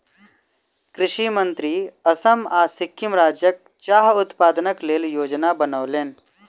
कृषि मंत्री असम आ सिक्किम राज्यक चाह उत्पादनक लेल योजना बनौलैन